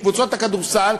את קבוצות הכדורסל,